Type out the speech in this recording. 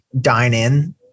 dine-in